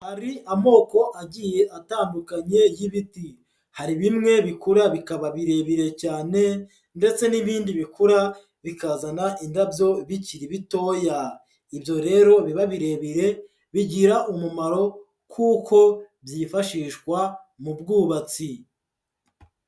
Hari amoko agiye atandukanye y'ibiti, hari bimwe bikura bikaba birebire cyane ndetse n'ibindi bikura bikazana indabyo bikiri bitoya, ibyo rero biba birebire bigira umumaro kuko byifashishwa mu bwubatsi.